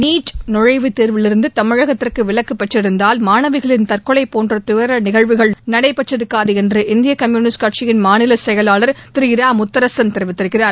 NEET நுழைவுத் தேர்விலிருந்து தமிழகத்திற்கு விலக்கு பெற்றிருந்தால் மாணவிகளின் தற்கொலை போன்ற துயர நிகழ்வுகள் நடைபெற்றிருக்காது என்று இந்திய கம்யூனிஸ்ட் கட்சியின் மாநில செயலாளர் திரு இரா முத்தரசன் கூறியிருக்கிறார்